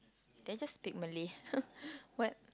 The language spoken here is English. did I just speak Malay what